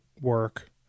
work